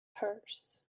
purse